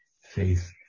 faith